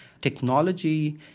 Technology